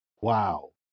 Wow